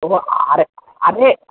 हो अरे अरे